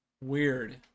Weird